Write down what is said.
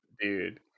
dude